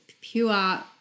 pure